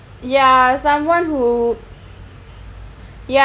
ya someone who ya